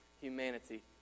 humanity